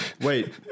Wait